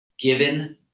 given